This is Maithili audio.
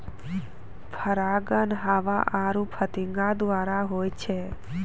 परागण हवा आरु फतीगा द्वारा होय छै